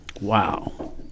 Wow